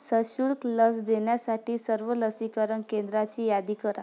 सशुल्क लस देण्यासाठी सर्व लसीकरण केंद्राची यादी करा